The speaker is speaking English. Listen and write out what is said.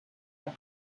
and